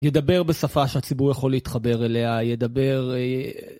ידבר בשפה שהציבור יכול להתחבר אליה, ידבר...